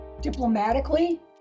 diplomatically